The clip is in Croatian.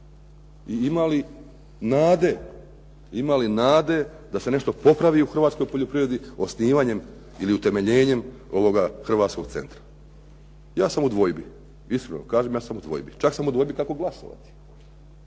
I ima li nade da se nešto popravi u hrvatskoj poljoprivredi osnivanjem ili utemeljenjem ovoga hrvatskog centra. Ja sam u dvojbi, iskreno kažem ja sam u dvojbi. Čak sam u dvojbi kako glasovati.